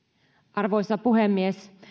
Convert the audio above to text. arvoisa puhemies